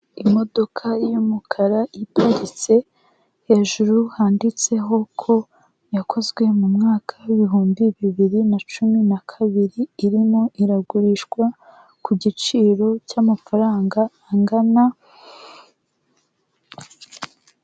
Imodoka y'umukara iparitse, hejuru handitseho ko yakozwe mu mwaka w'ibihumbi bibiri na cumi na kabiri irimo iragurishwa ku giciro cy'amafaranga angana.....